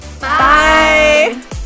Bye